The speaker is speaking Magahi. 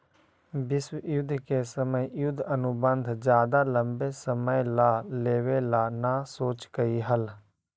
विश्व युद्ध के समय युद्ध अनुबंध ज्यादा लंबे समय ला लेवे ला न सोचकई हल